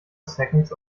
seconds